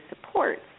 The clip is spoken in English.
supports